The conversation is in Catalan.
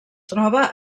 troba